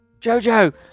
Jojo